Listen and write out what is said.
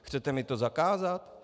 Chcete mi to zakázat?